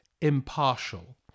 impartial